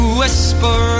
whisper